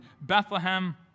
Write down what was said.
Bethlehem